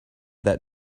that